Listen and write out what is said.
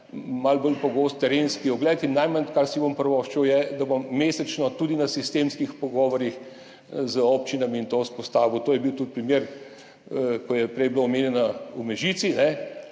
malo bolj pogost terenski ogled in najmanj, kar si bom privoščil, je, da bom mesečno tudi na sistemskih pogovorih z občinami in to vzpostavil. To je bil tudi primer, kot je bilo prej omenjeno, v Mežici.